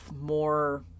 more